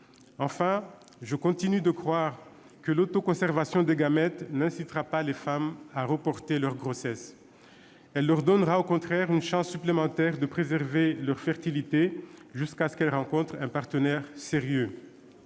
Enfin, je continue de croire que l'autoconservation des gamètes n'incitera pas les femmes à reporter leur grossesse. Elle leur donnera, au contraire, une chance supplémentaire de préserver leur fertilité jusqu'à ce qu'elles rencontrent un partenaire sérieux.